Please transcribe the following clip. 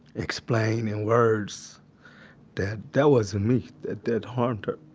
explain in words that that wasn't me that harmed her